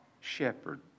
shepherd